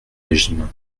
régimes